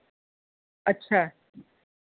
अच्छा